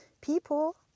people